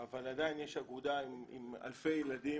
אבל עדיין יש אגודה עם אלפי ילדים,